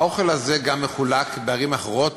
גם מחולק בערים אחרות,